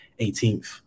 18th